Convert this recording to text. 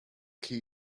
key